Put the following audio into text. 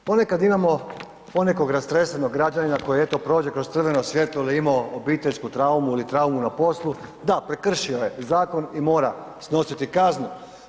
Ponekad imamo ponekog rastresenog građana koji, eto prođe kroz crveno svjetlo ili je imao obiteljsku traumu ili traumu na poslu, da, prekršio je zakon i mora snositi kaznu.